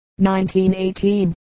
1918